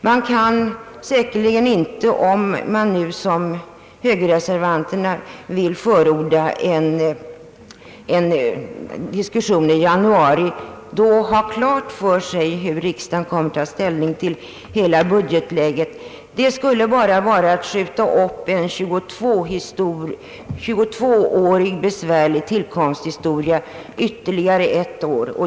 Man kan säkerligen inte om man nu, som högerreservanterna vill förorda, beslutar sig för en diskussion i januari, då ha klart för sig hur riksdagen kommer att ta ställning till hela budgetläget. Detta skulle bara vara att skjuta upp en 22 årig besvärlig tillkomsthistoria ytterligare ett år.